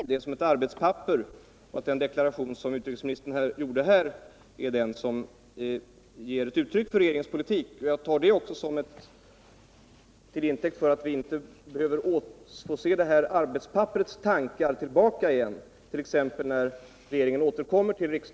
Herr talman! Jag tar fasta på vad utrikesministern senast sade om att vi får se det papper som lades fram på UD vid mötet med de s.k. likasinnade staterma som ett arbetspapper och att det är utrikesministerns deklaration här i kammaren på förmiddagen som ger uttryck för regeringens politik. Jag tar det senaste uttalandet också till intäkt för att vi inte behöver få se arbetspapperets tankar komma tillbaka i t.ex. regeringens biståndsproposition.